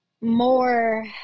more